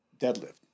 deadlift